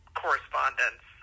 correspondence